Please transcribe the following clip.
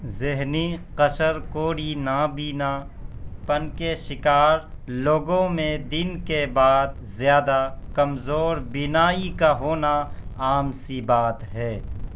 ذہنی قشر کوری نابینا پن کے شکار لوگوں میں دن کے بعد زیادہ کمزور بینائی کا ہونا عام سی بات ہے